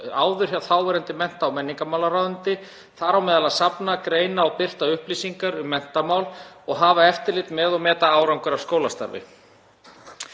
áður hjá þáverandi mennta- og menningarmálaráðuneyti, þar á meðal að safna, greina og birta upplýsingar um menntamál og að hafa eftirlit með og meta árangur af skólastarfi.